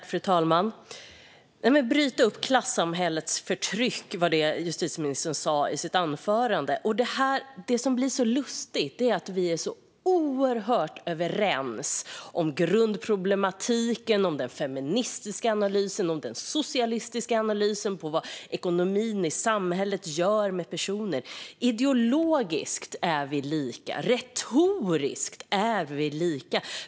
Fru talman! Att bryta upp klassamhällets förtryck, var det som justitieministern sa i sitt anförande. Det som blir så lustigt är att vi är så oerhört överens om grundproblematiken, om den feministiska analysen och om den socialistiska analysen av vad ekonomin i samhället gör med personer. Ideologiskt är vi lika. Retoriskt är vi lika.